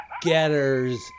getters